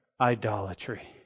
idolatry